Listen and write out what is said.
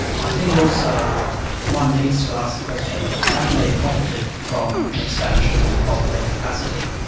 i think also one needs to ask the question have they profited from an expansion of their capacity?